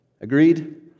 Agreed